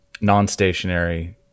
non-stationary